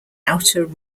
outer